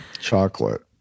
Chocolate